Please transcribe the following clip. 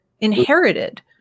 Inherited